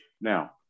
now